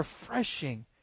refreshing